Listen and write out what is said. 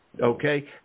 okay